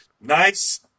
nice